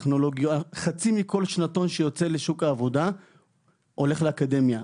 חצי מכל שנתון שיוצא לשוק העבודה הולך לאקדמיה.